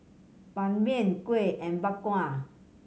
Ban Mian kuih and Bak Kwa